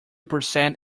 percent